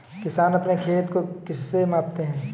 किसान अपने खेत को किससे मापते हैं?